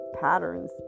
patterns